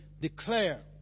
declare